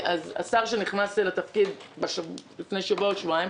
השר שנכנס לתפקיד לפני שבוע או שבועיים,